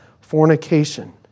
fornication